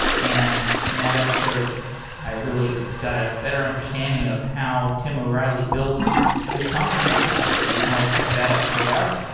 and in that episode i really got a better understanding of how tim o'reilly built his conference business. so you can always check that episode out.